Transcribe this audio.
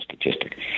statistic